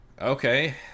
okay